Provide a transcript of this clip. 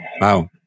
Wow